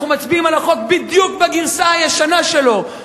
אנחנו מצביעים על החוק בדיוק בגרסה הישנה שלו,